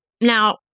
Now